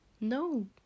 No